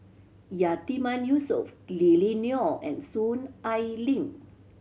Yatiman Yusof Lily Neo and Soon Ai Ling